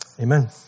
Amen